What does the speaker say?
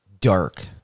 dark